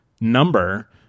number